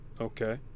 Okay